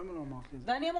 למה לא אמרת לי את זה?